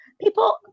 people